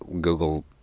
Google